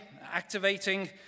activating